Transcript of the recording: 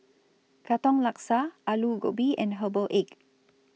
Katong Laksa Aloo Gobi and Herbal Egg